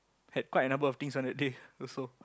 had quite a number of things on that day also